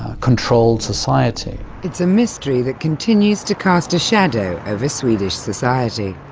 ah controlled society. it's a mystery that continues to cast a shadow over swedish society.